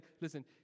Listen